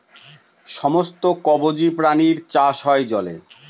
সমস্ত কবজি প্রাণীর চাষ হয় জলে